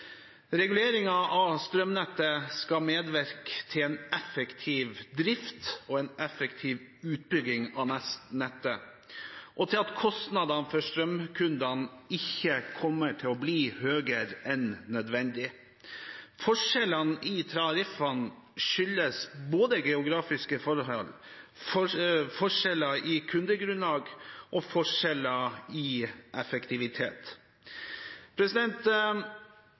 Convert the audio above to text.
av strømnettet skal medvirke til en effektiv drift og en effektiv utbygging av nettet og til at kostnadene for strømkundene ikke kommer til å bli høyere enn nødvendig. Forskjellene i tariffene skyldes både geografiske forhold, forskjeller i kundegrunnlag og forskjeller i effektivitet.